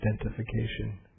identification